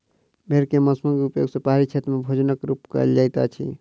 भेड़ के मौंसक उपयोग पहाड़ी क्षेत्र में भोजनक रूप में कयल जाइत अछि